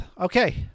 Okay